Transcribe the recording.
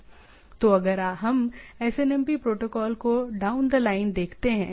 तो अगर हम SNMP प्रोटोकॉल को डाउन द लाइन देखते हैं